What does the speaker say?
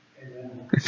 Amen